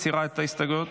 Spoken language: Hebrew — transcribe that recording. מסירים את ההסתייגויות.